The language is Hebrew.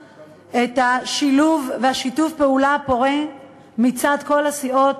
השילוב ושיתוף הפעולה הפורה מצד כל הסיעות